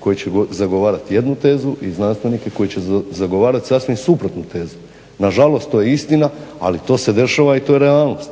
koji će zagovarati jednu tezu i znanstvenike koji će zagovarati sasvim suprotnu tezu. Nažalost to je istina i to se dešava i to je realnost.